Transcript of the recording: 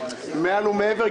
מעל ומעבר,